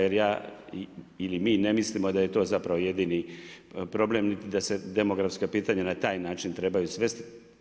Jer ja ili mi ne mislimo da je to zapravo jedini problem, niti da se demografska pitanja, na taj način trebaju svesti.